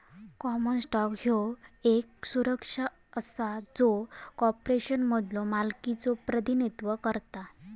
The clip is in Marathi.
कॉमन स्टॉक ह्यो येक सुरक्षा असा जो कॉर्पोरेशनमधलो मालकीचो प्रतिनिधित्व करता